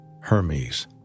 Hermes